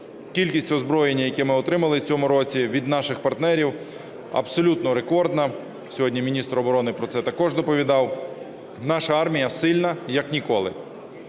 Кількість озброєння, яке ми отримали в цьому році від наших партнерів, абсолютно рекордна. Сьогодні міністр оборони про це також доповідав. Наша армія сильна як ніколи.